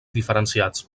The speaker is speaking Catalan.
diferenciats